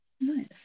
Nice